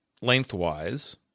lengthwise